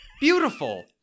beautiful